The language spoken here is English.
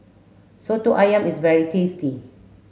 Soto Ayam is very tasty